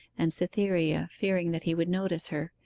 and cytherea, fearing that he would notice her,